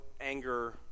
anger